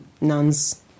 nuns